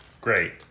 Great